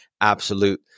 absolute